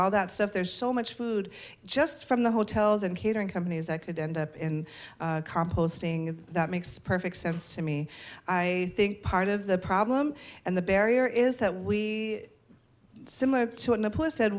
all that stuff there's so much food just from the hotels and catering companies that could end up in composting that makes perfect sense to me i think part of the problem and the barrier is that we similar